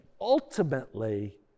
ultimately